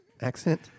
accent